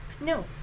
No